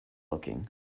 looking